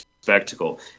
spectacle